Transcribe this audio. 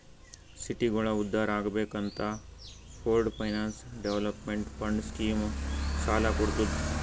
ಸಿಟಿಗೋಳ ಉದ್ಧಾರ್ ಆಗ್ಬೇಕ್ ಅಂತ pooled finance development fund scheme ಸಾಲ ಕೊಡ್ತುದ್